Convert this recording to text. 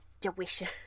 delicious